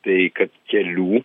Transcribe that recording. tai kad kelių